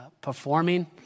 performing